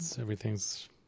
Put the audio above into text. Everything's